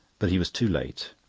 but he was too late.